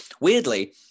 Weirdly